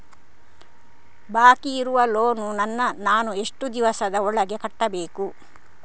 ಬಾಕಿ ಇರುವ ಲೋನ್ ನನ್ನ ನಾನು ಎಷ್ಟು ದಿವಸದ ಒಳಗೆ ಕಟ್ಟಬೇಕು?